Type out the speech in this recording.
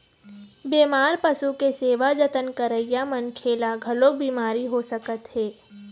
बेमार पशु के सेवा जतन करइया मनखे ल घलोक बिमारी हो सकत हे